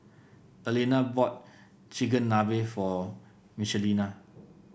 Elena bought Chigenabe for Michelina